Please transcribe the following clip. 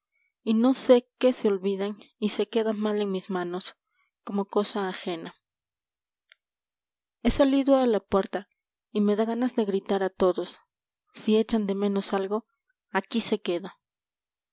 y no sé qué se olvidan y se queda mal en mis manos como cosa ajena he salido a la puerta y me da ganas de gritar a todos si echan de menos algo aquí se queda